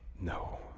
No